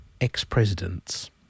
ex-presidents